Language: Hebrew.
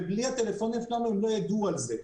ובלי הטלפוניה שלנו הם לא ידעו על זה.